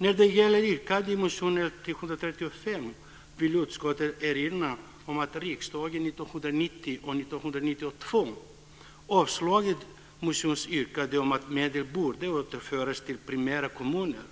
När det gäller yrkandena i motion L335 vill utskottet erinra om att riksdagen år 1990 och 1992 avslagit motionsyrkanden om att medel borde återföras till primära kommuner.